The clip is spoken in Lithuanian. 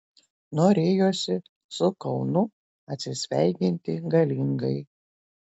norėjosi su kaunu atsisveikinti galingai